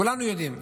כולנו יודעים,